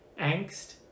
angst